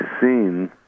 seen